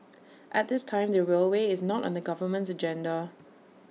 at this time the railway is not on the government's agenda